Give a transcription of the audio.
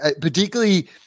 particularly